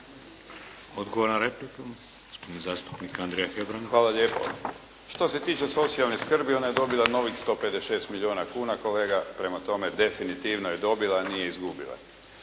Odgovor na repliku gospodin zastupnik Andrija Hebrang. **Hebrang, Andrija (HDZ)** Hvala lijepo. Što se tiče socijalne skrbi, ona je dobila novih 156 milijuna kuna kolega, prema tome, definitivno je dobila a nije izgubila.